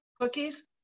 cookies